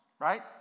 right